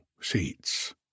seats